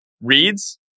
reads